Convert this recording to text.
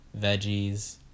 veggies